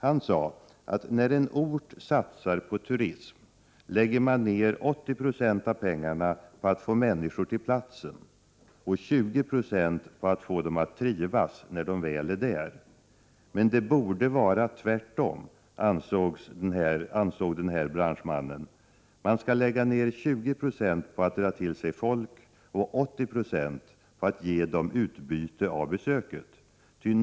Han sade att när en ort satsar på turism lägger man ner 80 96 av pengarna på att få människor till platsen och 20 6 för att få dem att trivas när de väl är där. Det borde emellertid vara tvärtom, ansåg denne branschman. Man skall lägga ner 20 96 på att dra till sig folk och 80 96 att ge dem utbyte av besöket.